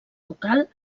local